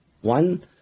one